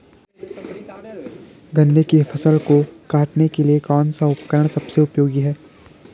गन्ने की फसल को काटने के लिए कौन सा उपकरण सबसे उपयोगी है?